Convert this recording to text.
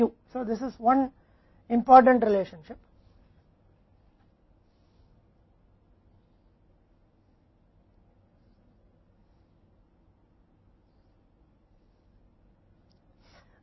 क्योंकि यह एक महत्वपूर्ण संबंध है